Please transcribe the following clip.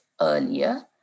earlier